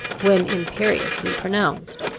when imperiously pronounced,